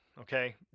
okay